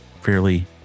fairly